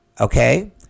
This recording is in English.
okay